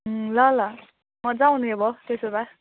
अँ ल ल मज्जा आउने भयो त्यसो भए